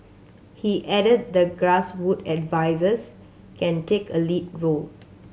he added that grass wood advises can take a lead role